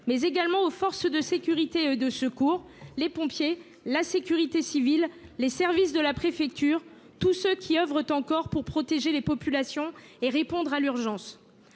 mais également aux forces de sécurité et de secours – les pompiers, la sécurité civile, les services de la préfecture –, qui continuent en ce moment même d’œuvrer pour protéger les populations et répondre à l’urgence.